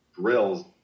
drills